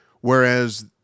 Whereas